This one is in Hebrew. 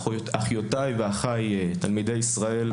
אחיותיי ואחיי תלמידי ישראל,